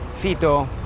FITO